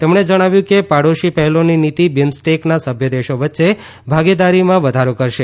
તેમણે જણાવ્યું કે પાડોશી પહેલોની નીતિ બિમસ્ટેકના સભ્યો દેશો વચ્ચે ભાગીદારીમાં વધારો કરશે